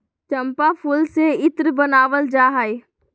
चम्पा फूल से इत्र बनावल जा हइ